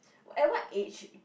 at what age